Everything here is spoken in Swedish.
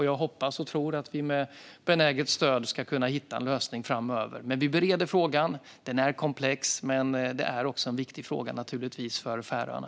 Jag hoppas och tror att vi med benäget stöd ska kunna hitta en lösning framöver. Vi bereder frågan. Den är komplex. Men det är naturligtvis en viktig fråga för Färöarna.